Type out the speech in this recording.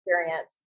experience